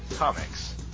Comics